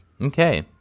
Okay